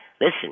listen